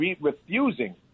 refusing